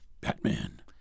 Batman